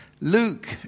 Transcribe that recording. Luke